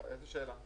איזה שאלה.